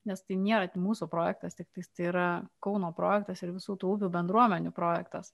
nes tai nėra mūsų projektas tiktais tai yra kauno projektas ir visų tų bendruomenių projektas